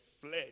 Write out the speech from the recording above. fled